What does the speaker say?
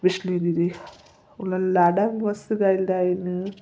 विषिनी दीदी उन्हनि लाॾा बि मस्तु ॻाईंदा आहिनि